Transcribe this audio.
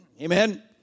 Amen